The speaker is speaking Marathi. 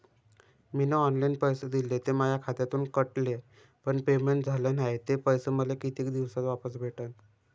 मीन ऑनलाईन पैसे दिले, ते माया खात्यातून कटले, पण पेमेंट झाल नायं, ते पैसे मले कितीक दिवसात वापस भेटन?